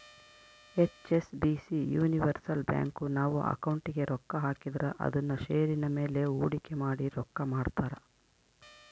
HSBC universal bank, ನಾವು ಅಕೌಂಟಿಗೆ ರೊಕ್ಕ ಹಾಕಿದ್ರ ಅದುನ್ನ ಷೇರಿನ ಮೇಲೆ ಹೂಡಿಕೆ ಮಾಡಿ ರೊಕ್ಕ ಮಾಡ್ತಾರ